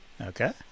Okay